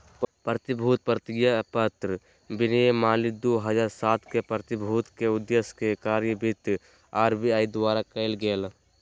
प्रतिभूति प्रतिज्ञापत्र विनियमावली दू हज़ार सात के, प्रतिभूति के उद्देश्य के कार्यान्वित आर.बी.आई द्वारा कायल गेलय